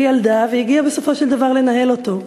כילדה, והגיעה בסופו של דבר לניהולו.